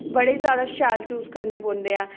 बड़े जैदा शैल चूज करने पौंदे ऐ